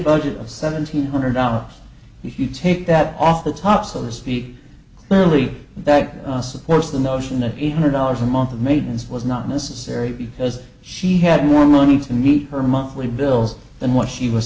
budget of seventeen hundred dollars if you take that off the top so this is the clearly that supports the notion that eight hundred dollars a month of maintenance was not necessary because she had more money to meet her monthly bills than what she was